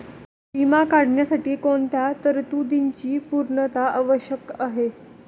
विमा काढण्यासाठी कोणत्या तरतूदींची पूर्णता आवश्यक आहे?